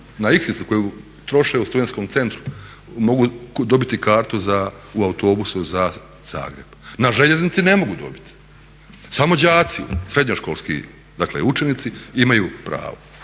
na iksicu koju troše u studentskom centru mogu dobiti kartu u autobusu za Zagreb. Na željeznici ne mogu dobiti, samo đaci, srednjoškolski učenici imaju pravo.